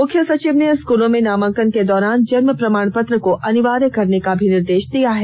मुख्य सचिव ने स्कूलों में नामांकन के दौरान जन्म प्रमाण पत्र को अनिवार्य करने का भी निर्देष दिया है